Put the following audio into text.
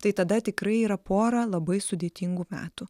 tai tada tikrai yra pora labai sudėtingų metų